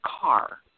car